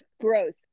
Gross